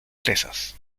fresas